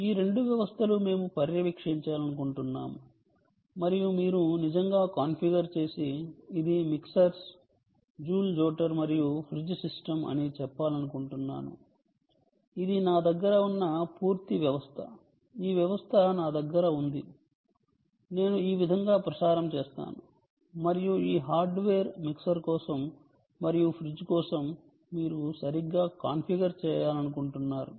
ఈ రెండు వ్యవస్థలు మేము పర్యవేక్షించాలనుకుంటున్నాము మరియు మీరు నిజంగా కాన్ఫిగర్ చేసి ఇది మిక్సర్స్ జూల్ జోటర్ మరియు ఫ్రిజ్ సిస్టమ్ అని చెప్పాలనుకుంటున్నాను ఇది నా దగ్గర ఉన్న పూర్తి వ్యవస్థ ఈ వ్యవస్థ నా దగ్గర ఉంది నేను ఈ విధంగా ప్రసారం చేస్తాను మరియు ఈ హార్డ్ వేర్ మిక్సర్ కోసం మరియు ఫ్రిజ్ కోసం మీరు సరిగ్గా కాన్ఫిగర్ చేయాలనుకుంటున్నారు